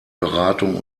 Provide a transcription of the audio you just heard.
beratung